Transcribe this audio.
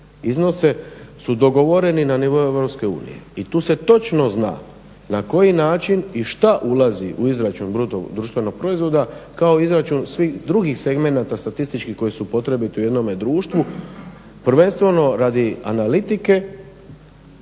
iznose su dogovoreni na nivou EU i tu se točno zna na koji način i šta ulazi u izračun BDP-a kao izračun svih drugih segmenata statističkih koji su potrebiti jednom društvu prvenstveno radi analitike,